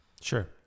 Sure